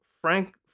Frank